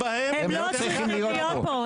הם לא צריכים להיות פה,